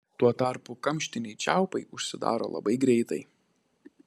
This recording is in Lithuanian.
tuo tarpu kamštiniai čiaupai užsidaro labai greitai